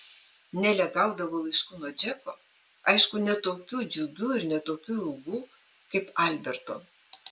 nelė gaudavo laiškų nuo džeko aišku ne tokių džiugių ir ne tokių ilgų kaip alberto